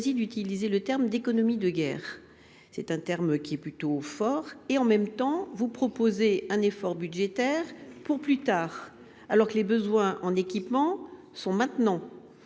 d'utiliser le terme d'économie de guerre. C'est un terme qui est plutôt fort et en même temps vous proposer un effort budgétaire pour plus tard, alors que les besoins en équipement sont maintenant.